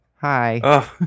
hi